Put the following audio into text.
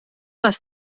les